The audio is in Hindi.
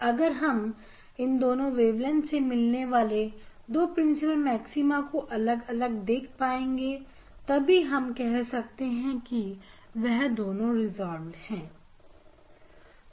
अगर हम इन दोनों वेवलेंथ से मिलने वाले दो प्रिंसिपल मैक्सिमा को अलग अलग देख पाएंगे तभी वह कह सकेंगे कि यह रिजल्ट है